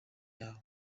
yawe